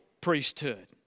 priesthood